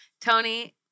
Tony